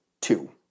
two